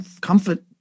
comfort